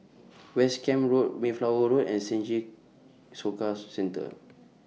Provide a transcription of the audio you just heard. West Camp Road Mayflower Road and Senja Soka Centre